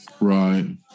Right